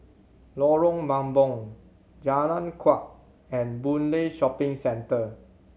Lorong Mambong Jalan Kuak and Boon Lay Shopping Centre